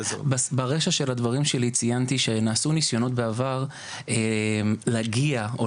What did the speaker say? ברישא של הדברים שלי ציינתי שנעשו נסיונות בעבר להגיע או